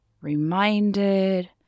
reminded